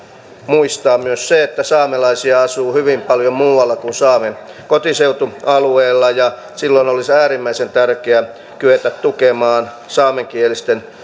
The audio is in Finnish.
muistaa myös se että saamelaisia asuu hyvin paljon muualla kuin saamen kotiseutualueella ja silloin olisi äärimmäisen tärkeä kyetä tukemaan saamenkielisten